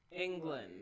England